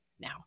now